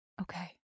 Okay